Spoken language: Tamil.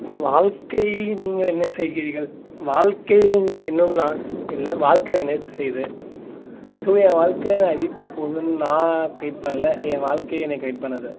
வாழ்க்கையில் நீங்கள் என்ன செய்கிறீர்கள் வாழக்கையில் நான் செய்யல வாழ்க்கை என்ன வச்சு செய்யுது ஸோ என் வாழ்க்க எப்படி போகுது நான் கைட் பண்ணல என் வாழ்க்கை என்ன கைட் பண்ணுது